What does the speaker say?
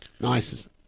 Nice